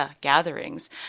gatherings